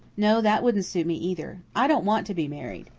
no, that wouldn't suit me either. i don't want to be married.